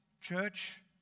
Church